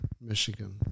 Michigan